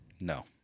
no